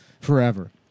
Forever